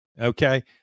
Okay